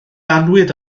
annwyd